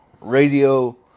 radio